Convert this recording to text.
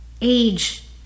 Age